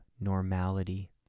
normality